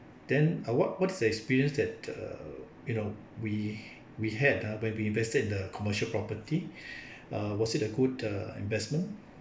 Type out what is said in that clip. then uh what what is the experience that uh you know we we had ah when we invested in the commercial property uh was it a good uh investment